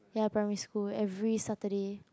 ya primary school every Saturday